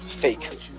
Fake